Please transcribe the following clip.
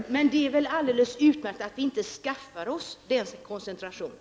Herr talman! Men det är väl alldeles utmärkt om vi inte skaffar oss den trafikkoncentrationen?